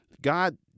God